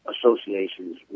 associations